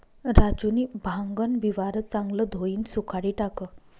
राजूनी भांगन बिवारं चांगलं धोयीन सुखाडी टाकं